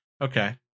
okay